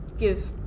give